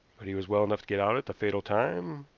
but he was well enough to get out at the fatal time,